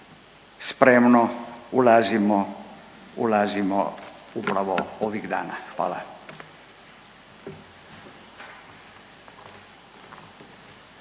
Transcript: ulazimo, ulazimo upravo ovih dana, hvala.